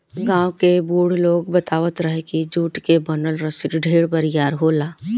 गांव के बुढ़ लोग बतावत रहे की जुट के बनल रसरी ढेर बरियार होला